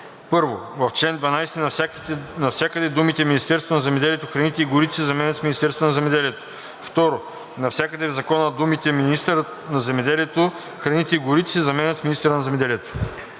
1. В чл. 12 навсякъде думите „Министерството на земеделието, храните и горите“ се заменят с „Министерството на земеделието“. 2. Навсякъде в закона думите „министъра на земеделието, храните и горите“ се заменят с „министъра на земеделието“.